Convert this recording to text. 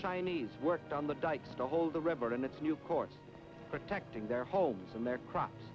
chinese worked on the dykes to hold the redbird in its new course protecting their homes and their crops